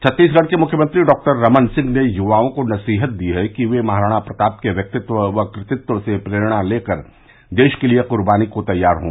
छत्तीसगढ़ के मुख्यमंत्री डॉ रमन सिंह ने युवाओं को नसीहत दी है कि वह महाराणा प्रताप के व्यक्तित्व व कृतित्व से प्रेरणा लेकर देश के लिए बड़ी क्र्बानी को तैयार हों